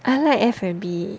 I like F&B